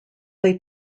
they